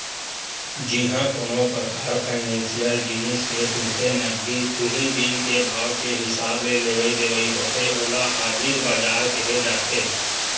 जिहाँ कोनो परकार फाइनेसियल जिनिस के तुरते नगदी उही दिन के भाव के हिसाब ले लेवई देवई होथे ओला हाजिर बजार केहे जाथे